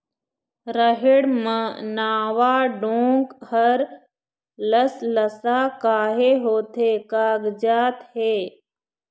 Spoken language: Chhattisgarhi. रहेड़ म नावा डोंक हर लसलसा काहे होथे कागजात हे?